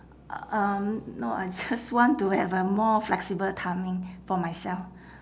um no I just want to have a more flexible timing for myself